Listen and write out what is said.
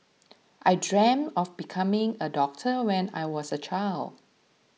I dreamt of becoming a doctor when I was a child